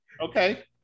Okay